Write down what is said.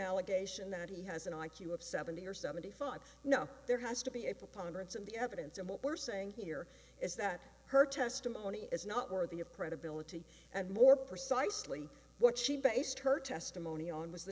allegation that he has an i q of seventy or seventy five now there has to be a preponderance of the evidence and what we're saying here is that her testimony is not worthy of credibility and more precisely what she based her testimony on was the